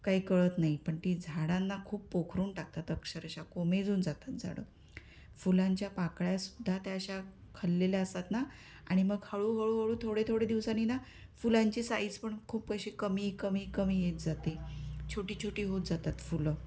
काय कळत नाही पण ती झाडांना खूप पोखरून टाकतात अक्षरशः कोमेजून जातात झाडं फुलांच्या पाकळ्या सुद्धा त्या अशा खाल्लेल्या असतात ना आणि मग हळूहळू हळू थोडे थोडे दिवसांनी ना फुलांची साईज पण खूप कशी कमी कमी कमी येत जाते छोटी छोटी होत जातात फुलं